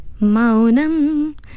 Maunam